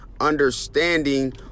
understanding